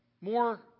more